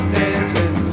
dancing